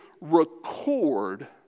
record